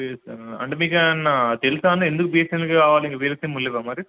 అంటే మీకేమైనా తెలుసాండీ ఎందుకు బిఎస్ఎన్ఎల్ కావాలి వేరే సిమ్ లేదా మరి